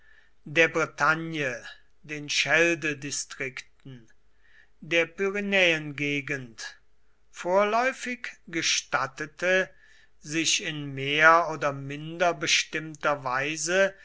der bretagne den scheldedistrikten der pyrenäengegend vorläufig gestattete sich in mehr oder minder bestimmter weise